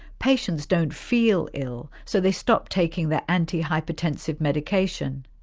patients don't feel ill so they stop taking their anti-hypertensive medication.